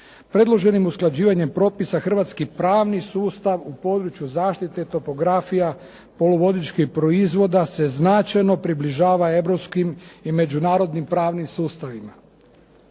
"Predloženim usklađivanjem propisa hrvatski pravni sustav u području zaštite topografija poluvodičkih proizvoda se značajno približava europskim i međunarodnim pravnim sustavima